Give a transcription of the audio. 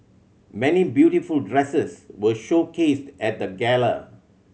many beautiful dresses were showcased at the gala